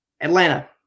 Atlanta